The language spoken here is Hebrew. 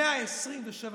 127 מדינה,